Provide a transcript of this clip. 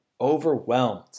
overwhelmed